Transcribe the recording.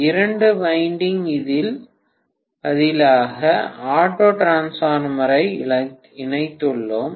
இரண்டு வைண்டிங் இக்கு பதிலாக ஆட்டோ டிரான்ஸ்பார்மர் ஐ இணைத்துள்ளோம்